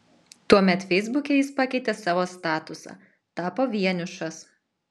tuomet feisbuke jis pakeitė savo statusą tapo vienišas